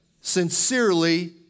sincerely